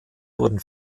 wurden